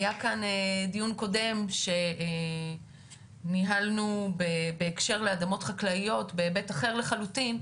היה כאן דיון קודם שניהלנו בהקשר לאדמות חקלאיות בהיבט אחר לחלוטין,